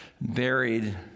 Buried